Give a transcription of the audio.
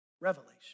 Revelation